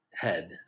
head